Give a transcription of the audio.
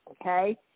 okay